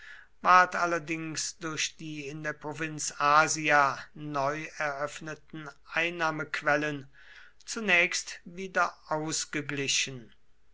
ward allerdings durch die in der provinz asia neu eröffneten einnahmequellen zunächst wieder ausgeglichen